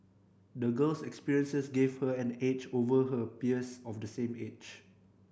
the girl's experiences gave her an edge over her peers of the same age